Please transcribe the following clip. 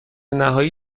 نهایی